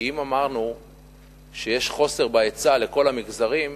כי אם אמרנו שיש חוסר בהיצע לכל המגזרים,